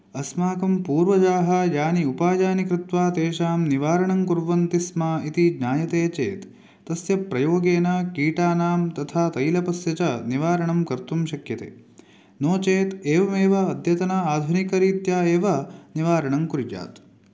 अस्माकं पूर्वजाः यानि उपायानि कृत्वा तेषां निवारणं कुर्वन्ति स्म इति ज्ञायते चेत् तस्य प्रयोगेन कीटानां तथा तैलपस्य च निवारणं कर्तुं शक्यते नो चेत् एवमेव अद्यतन आधुनिकरीत्या एव निवारणं कुर्यात्